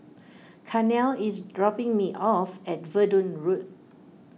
Carnell is dropping me off at Verdun Road